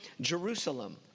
Jerusalem